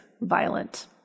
violent